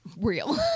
real